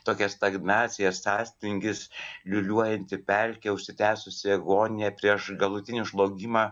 tokia stagnacija sąstingis liūliuojanti pelkė užsitęsusi agonija prieš galutinį žlugimą